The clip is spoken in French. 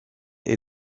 est